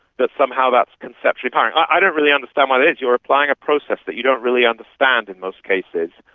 that somehow that's conceptually empowering. kind of i don't really understand why that is you're applying a process that you don't really understand in most cases,